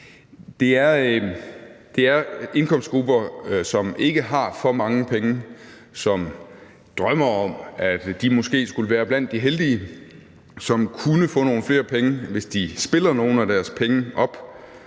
Det er indkomstgrupper, som ikke har for mange penge, og som drømmer om, at de måske skulle være blandt de heldige, som kunne få nogle flere penge, hvis de spiller nogle af deres penge op.